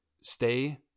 stay